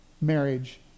marriage